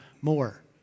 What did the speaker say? more